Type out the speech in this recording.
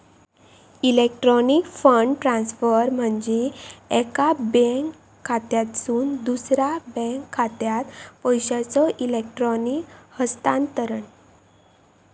electronic fund transfer म्हणजे एका bank खात्यातसून दुसरा बँक खात्यात पैशांचो इलेक्ट्रॉनिक हस्तांतरण